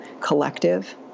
collective